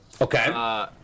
Okay